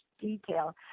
detail